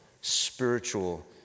spiritual